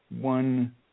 one